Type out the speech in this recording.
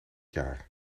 jaar